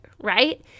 right